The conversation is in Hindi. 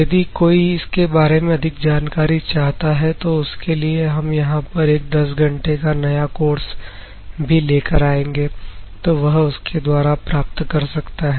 यदि कोई इसके बारे में अधिक जानकारी चाहता है तो उसके लिए हम यहां पर एक 10 घंटे का नया कोर्स भी लेकर आएंगे तो वह उसके द्वारा प्राप्त कर सकता है